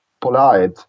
polite